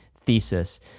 thesis